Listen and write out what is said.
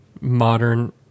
modern